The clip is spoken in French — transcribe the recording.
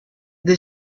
des